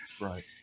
Right